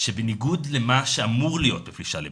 שבניגוד למה שאמור להיות בפלישה לבית,